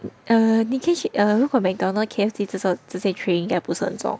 err 你可以去 err 如果 McDonald's K_F_C 这种这些 tray 应该不是很重